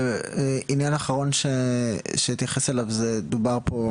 עניין אחרון שאתייחס אליו שדובר פה,